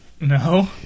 No